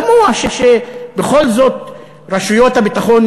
זה תמוה שבכל זאת רשויות הביטחון,